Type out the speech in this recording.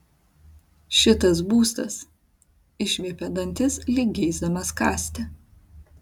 šitas būstas išviepia dantis lyg geisdamas kąsti